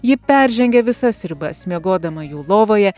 ji peržengia visas ribas miegodama jų lovoje